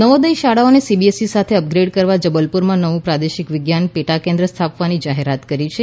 નવોદય શાળાઓને સીબીએસઈ સાથે અપગ્રેડ કરવા જબલપુરમાં નવું પ્રાદેશિક વિજ્ઞાન પેટા કેન્દ્ર સ્થાપવા જાહેરાત કરી છે